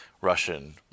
Russian